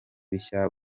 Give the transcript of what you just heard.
bishya